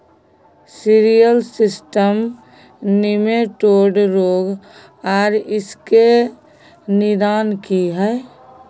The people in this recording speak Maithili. सिरियल सिस्टम निमेटोड रोग आर इसके निदान की हय?